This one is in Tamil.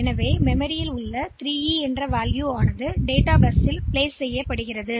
எனவே மெமரி 3E மதிப்பை டேட்டா பஸ்ஸில் வைக்கும்